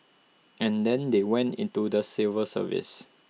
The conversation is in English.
and then they went into the civil service